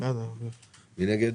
מי נגד?